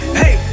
hey